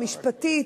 המשפטית,